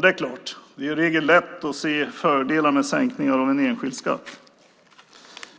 Det är i regel lätt att se fördelar med sänkningar av en enskild skatt,